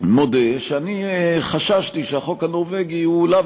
מודה שאני חששתי שהחוק הנורבגי הוא לאו